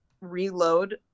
reload